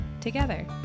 together